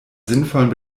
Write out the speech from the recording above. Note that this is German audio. sinnvollen